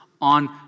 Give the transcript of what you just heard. on